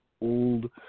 old